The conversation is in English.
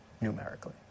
numerically